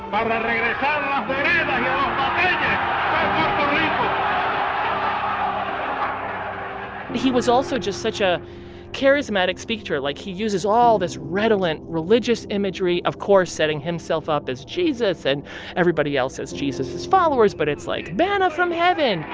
um he was also just such a charismatic speaker. like, he uses all this redolent religious imagery, of course setting himself up as jesus and everybody else as jesus' followers. but it's like, manna from heaven